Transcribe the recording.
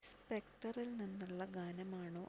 സ്പെക്ടറിൽ നിന്നുള്ള ഗാനമാണോ അത്